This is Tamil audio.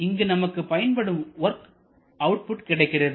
இங்கு நமக்கு பயன்படும் வொர்க் அவுட்புட் கிடைக்கிறது